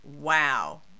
wow